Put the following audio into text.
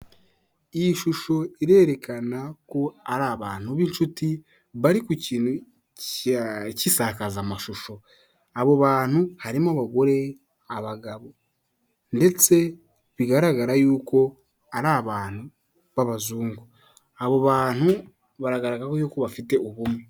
Iyi shusho irerekana ko ari abantu b'inshuti bari ku kintu cy'isakazamashusho, abo bantu harimo abagore, abagabo ndetse bigaragara yuko ari abantu b'abazungu, abo bantu baragaragara yuko bafite ubumwe.